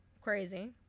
crazy